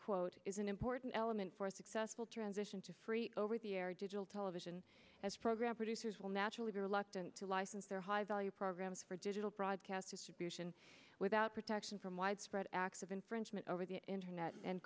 quote is an important element for a successful transition to free over the air digital television as program producers will naturally be reluctant to license their high value programs for digital broadcast distribution without protection from widespread acts of infringement over the internet and